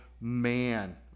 man